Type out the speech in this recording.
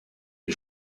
est